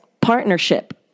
partnership